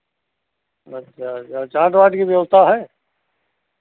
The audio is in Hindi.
अच्छा चाट वाट की व्यवस्था है